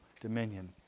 dominion